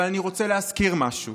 אבל אני רוצה להזכיר משהו